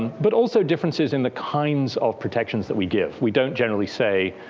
but also, differences in the kinds of protections that we give. we don't generally say,